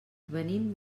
venim